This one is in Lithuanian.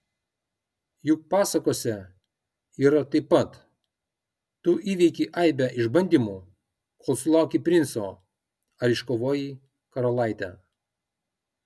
juk pasakose yra taip pat tu įveiki aibę išbandymų kol sulauki princo ar iškovoji karalaitę